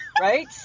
Right